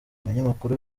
ibinyamakuru